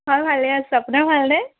হয় ভালে আছোঁ আপোনাৰ ভালনে